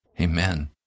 Amen